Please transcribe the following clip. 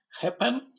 happen